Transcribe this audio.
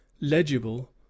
legible